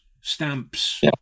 stamps